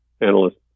analyst